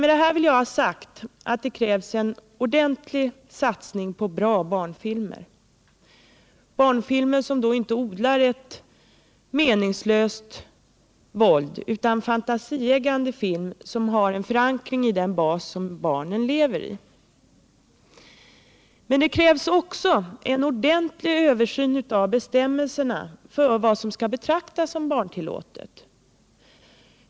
Med detta vill jag ha sagt att det krävs en ordentlig satsning på bra barnfilmer — barnfilmer som inte odlar ett meningslöst våld, utan fantasieggande filmer som har en förankring i den verklighet barnen lever i. Det krävs emellertid också en ordentlig översyn av bestämmelserna för vad som skall betraktas som barntillåtet.